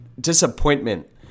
disappointment